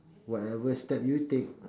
whatever step you take